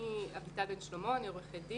אני עורכת דין